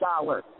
shower